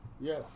Yes